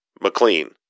McLean